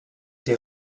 des